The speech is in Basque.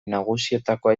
nagusietakoa